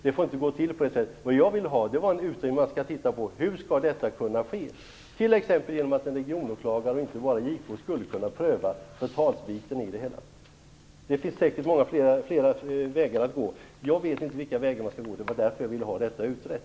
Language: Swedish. Det får inte gå till på det sättet. Jag vill ha en utredning som skall titta på hur detta skall kunna ske. Det kan t.ex. ske genom att en regionåklagare, och inte bara JK, kan pröva förtalsbiten i det hela. Det finns säkert många fler vägar att gå. Jag vet inte vilka vägar man skall gå. Det var därför jag ville ha detta utrett.